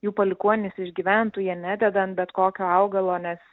jų palikuonys išgyventų jie nededa ant bet kokio augalo nes